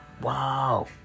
wow